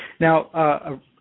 Now